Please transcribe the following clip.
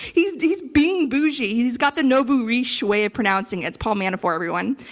he's he's being bougie. he's got the nouveau-riche way of pronouncing. it's paul manafort everyone.